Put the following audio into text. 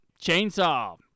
Chainsaw